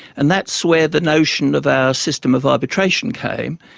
and that's where the notion of our system of arbitration came.